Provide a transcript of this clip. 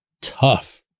tough